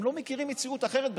הם לא מכירים מציאות אחרת בכלל.